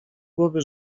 głowy